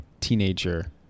teenager